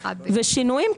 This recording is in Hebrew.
ושינויים,